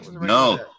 no